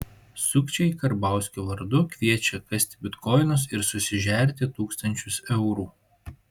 sukčiai karbauskio vardu kviečia kasti bitkoinus ir susižerti tūkstančius eurų